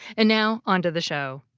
and now, on to the show.